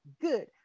good